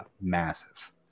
massive